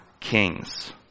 kings